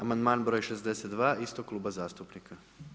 Amandman broj 62. istog Kluba zastupnika.